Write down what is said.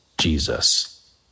Jesus